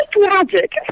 magic